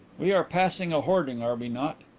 we are passing a hoarding, are we not?